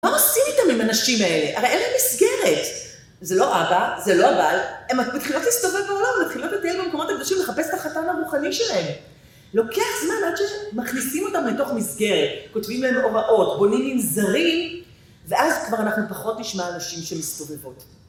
מה עושים איתם עם הנשים האלה? הרי אין להן במסגרת! זה לא אבא, זה לא בעל, הן מתחילות להסתובב בעולם, מתחילות לטייל במקומות הקדושים, לחפש את החתנים המיוחלים שלהן. לוקח זמן עד שמכניסים אותם לתוך מסגרת, כותבים להם הוראות, בונים עם זרים, ואז כבר אנחנו פחות נשמע נשים שמסתובבות.